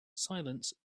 silence